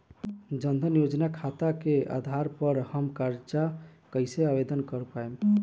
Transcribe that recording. जन धन योजना खाता के आधार पर हम कर्जा कईसे आवेदन कर पाएम?